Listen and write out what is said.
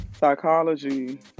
psychology